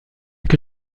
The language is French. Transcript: que